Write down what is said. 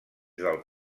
del